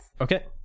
Okay